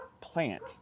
plant